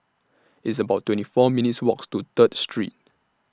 It's about twenty four minutes' Walks to Third Street